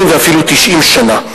80 ואפילו 90 שנה.